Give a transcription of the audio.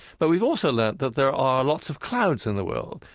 but we've also learned that there are lots of clouds in the world.